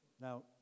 Now